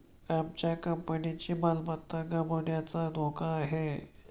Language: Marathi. आमच्या कंपनीची मालमत्ता गमावण्याचा धोका आहे